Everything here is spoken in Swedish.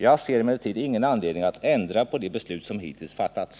Jag ser emellertid ingen anledning att ändra på de beslut som hittills fattats.